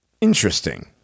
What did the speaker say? Interesting